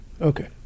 Okay